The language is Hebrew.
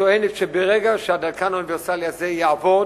טוענת שברגע שהדלקן האוניברסלי הזה יעבוד